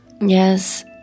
Yes